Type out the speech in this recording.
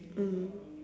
mm